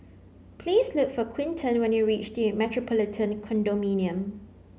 please look for Quinten when you reach The Metropolitan Condominium